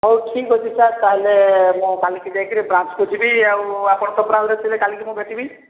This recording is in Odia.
ହେଉ ଠିକ ଅଛି ସାର୍ ତାହେଲେ ମୁଁ କାଲିକି ଯାଇକରି ବ୍ରାଞ୍ଚକୁ ଯିବି ଆଉ ଆପଣ ତ ପ୍ରାୟ ଥିବେ କାଲିକି ମୁଁ ଭେଟିବି